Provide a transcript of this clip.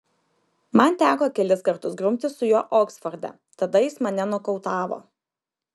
man teko kelis kartus grumtis su juo oksforde tada jis mane nokautavo